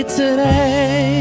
today